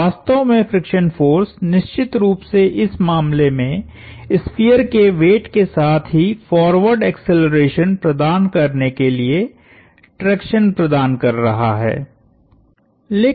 तो वास्तव में फ्रिक्शन फोर्स निश्चित रूप से इस मामले में स्फीयर के वेट के साथ ही फॉरवर्ड एक्सेलरेशन प्रदान करने के लिए ट्रैक्शन प्रदान कर रहा है